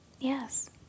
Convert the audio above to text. Yes